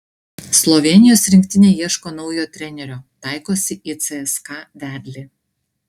slovėnijos rinktinė ieško naujo trenerio taikosi į cska vedlį